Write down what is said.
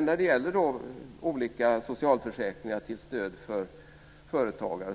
När det gäller olika socialförsäkringar till stöd för företagare